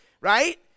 Right